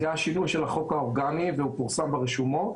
היה שינוי של החוק האורגני והוא פורסם ברשומות.